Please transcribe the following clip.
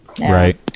Right